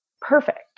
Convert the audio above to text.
perfect